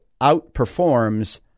outperforms